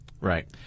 Right